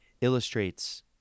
illustrates